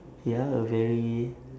ya a very